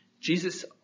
Jesus